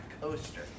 Coaster